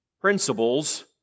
Principles